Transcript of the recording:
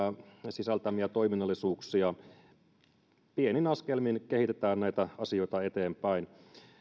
sisältämiä toiminnallisuuksia pienin askelmin kehitetään näitä asioita eteenpäin